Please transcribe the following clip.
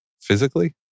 physically